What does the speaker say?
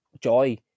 joy